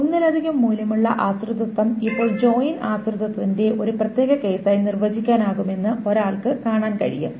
ഒന്നിലധികം മൂല്യമുള്ള ആശ്രിതത്വം ഇപ്പോൾ ജോയിൻ ആശ്രിതത്വത്തിന്റെ ഒരു പ്രത്യേക കേസായി നിർവ്വചിക്കാനാകുമെന്ന് ഒരാൾക്ക് കാണാൻ കഴിയും